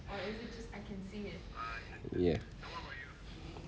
ya